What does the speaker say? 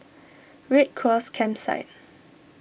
Red Cross Campsite